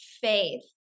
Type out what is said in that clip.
faith